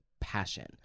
passion